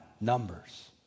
numbers